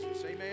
Amen